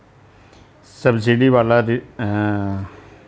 subsidy वाला ऋण वो होता है जिसकी ब्याज की दर में छूट दी जाती है